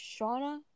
Shauna